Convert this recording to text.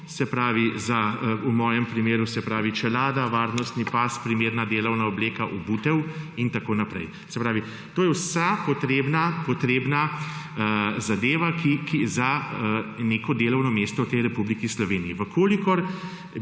v mojem primeru čelada, varnostni pas, primerna delovna obleka, obutev in tako naprej. To je vsa potrebna zadeva za neko delovno mesto v tej Republiki Sloveniji.